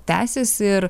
tęsis ir